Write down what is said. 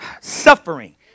suffering